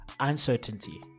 Uncertainty